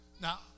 Now